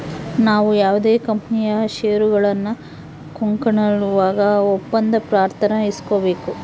ನಾವು ಯಾವುದೇ ಕಂಪನಿಯ ಷೇರುಗಳನ್ನ ಕೊಂಕೊಳ್ಳುವಾಗ ಒಪ್ಪಂದ ಪತ್ರಾನ ಇಸ್ಕೊಬೇಕು